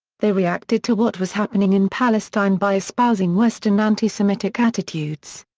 they reacted to what was happening in palestine by espousing western anti-semitic attitudes.